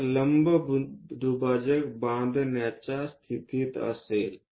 तर लंब दुभाजक बांधण्याच्या स्थितीत असेल